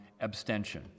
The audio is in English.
abstention